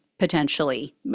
Potentially